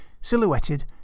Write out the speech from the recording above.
silhouetted